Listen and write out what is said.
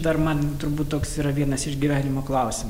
dar man turbūt toks yra vienas iš gyvenimo klausimų